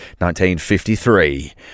1953